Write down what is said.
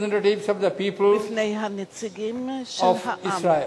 לפני הנציגים של העם,